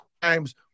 times